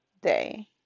day